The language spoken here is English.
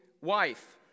wife